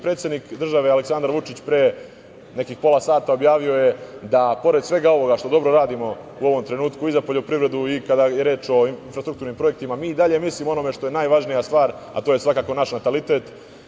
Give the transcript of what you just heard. Predsednik države Aleksandar Vučić pre nekih pola sata objavio je da i pored svega ovoga što dobro radimo u ovom trenutku i za poljoprivredu i kada je reč o infrastrukturnim projektima, mi i dalje mislimo o onome što je najvažnija stvar, a to je svakako naš natalitet.